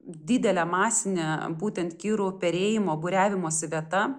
didelė masinė būtent kirų perėjimo būriavimosi vieta